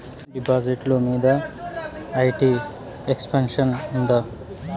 డిపాజిట్లు మీద IT exemption ఉందా?